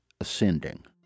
Ascending